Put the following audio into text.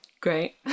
great